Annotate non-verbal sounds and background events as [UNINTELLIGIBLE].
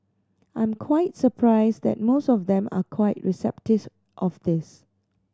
I'm quite surprised that most of them are quite [UNINTELLIGIBLE] of this